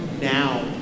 now